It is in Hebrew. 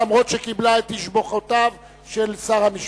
אף-על-פי שקיבלה את תשבחותיו של שר המשפטים.